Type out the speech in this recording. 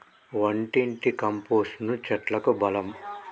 వంటింటి కంపోస్టును చెట్లకు బలం